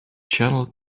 channel